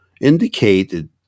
indicated